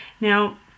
Now